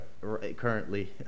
Currently